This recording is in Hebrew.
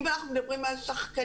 אם אנחנו מדברים על שחקנים,